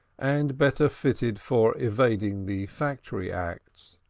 and better fitted for evading the factory acts.